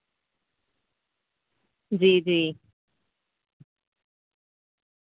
جی جی